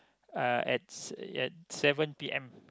uh at s~ at seven p_m